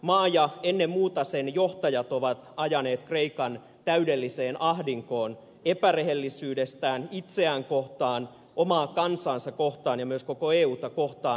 maa ja ennen muuta sen johtajat ovat ajaneet kreikan täydelliseen ahdinkoon epärehellisyydellä itseään kohtaan omaa kansaansa kohtaan ja myös koko euta kohtaan